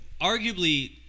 arguably